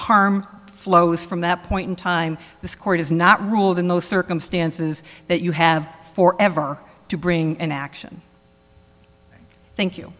harm flows from that point in time the court has not ruled in those circumstances that you have for ever to bring an action thank you